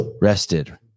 Rested